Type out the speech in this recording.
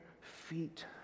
feet